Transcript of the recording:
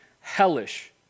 hellish